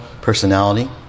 personality